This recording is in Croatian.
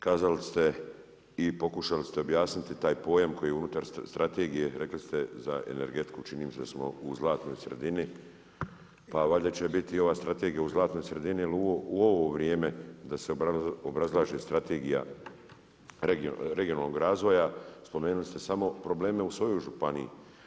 Kazali ste i pokušali ste objasniti taj pojam koji je unutar strategije, rekli ste za energetiku čini mi se da smo u zlatnoj sredini, pa valjda će biti i ova strategija u zlatnoj sredini jer u ovo vrijeme da se obrazlaže Strategija regionalnog razvoja, spomenuli ste samo probleme u svojoj županiji.